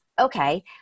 Okay